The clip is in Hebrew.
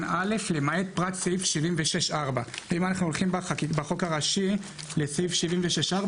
(א) למעט פרט סעיף 76(4). אם אנחנו הולכים בחוק הראשי לסעיף 76(4),